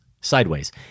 Sideways